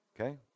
Okay